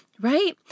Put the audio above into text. right